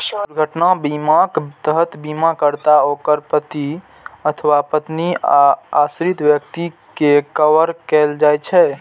दुर्घटना बीमाक तहत बीमाकर्ता, ओकर पति अथवा पत्नी आ आश्रित व्यक्ति कें कवर कैल जाइ छै